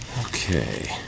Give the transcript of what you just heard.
Okay